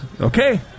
Okay